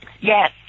Yes